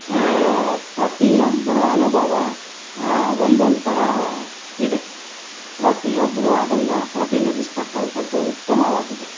ಪ್ರತಿಯೊಬ್ಬರ ಅನುಭವ ಒಂದೊಂದು ಥರ ಇದೆ ಪ್ರತಿಯೊಬ್ಬರೂ ಅದನ್ನು ಪ್ರತಿನಿಧಿಸತಕ್ಕಂಥದ್ದು ಉತ್ತಮವಾಗಿದೆ